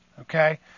Okay